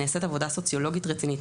נעשית עבודה סוציולוגית רצינית,